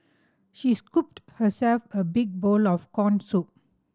she scooped herself a big bowl of corn soup